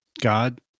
God